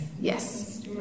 Yes